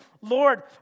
Lord